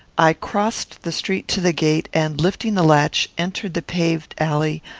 i crossed the street to the gate, and, lifting the latch, entered the paved alley,